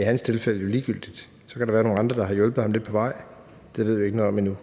er i hans tilfælde ligegyldigt. Så kan der være nogle andre, der har hjulpet ham lidt på vej, det ved vi ikke noget om endnu.